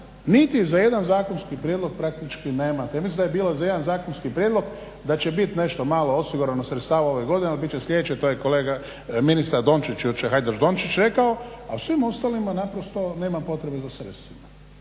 niti za jedna zakonski prijedlog praktički nemate, mislim da je bilo za jedan zakonski prijedlog da će biti nešto malo osigurano sredstava u ovoj godini ali biti će sljedeće, to je kolega ministar Dončić jučer, Hajdaš Dončić rekao a u svim ostalima naprosto nema potrebe za sredstvima.